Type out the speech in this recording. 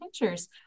pictures